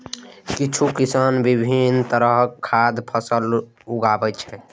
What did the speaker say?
किछु किसान विभिन्न तरहक खाद्य फसल उगाबै छै